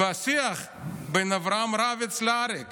והשיח בין אברהם רביץ לאריק